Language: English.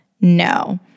no